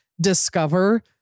discover